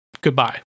Goodbye